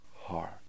heart